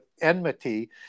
enmity